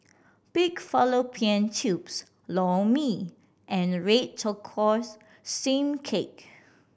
pig fallopian tubes Lor Mee and red tortoise steam cake